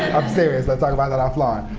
i'm serious. let's talk about that offline.